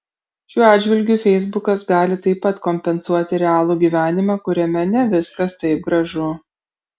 šiuo atžvilgiu feisbukas gali taip pat kompensuoti realų gyvenimą kuriame ne viskas taip gražu